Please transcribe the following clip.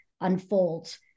unfolds